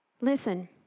Listen